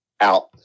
Out